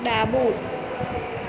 ડાબું